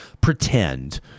pretend